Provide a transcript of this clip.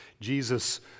Jesus